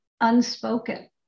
unspoken